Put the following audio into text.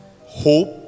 hope